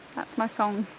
that's my song.